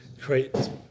create